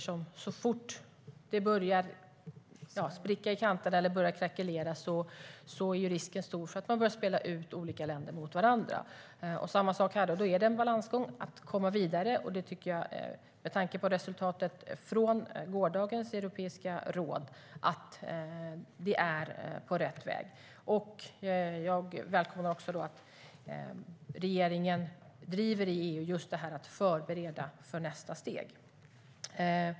Så fort det börjar spricka i kanten eller börjar krackelera är risken stor för att man börjar spela ut olika länder mot varandra. Det är då samma sak här. Det är en balansgång att komma vidare. Med tanke på resultatet från gårdagens europeiska råd tycker jag att vi är på rätt väg. Jag välkomnar också att regeringen i EU driver just det här med att man ska förbereda för nästa steg.